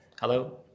Hello